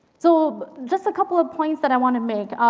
so just a couple of points that i want to make.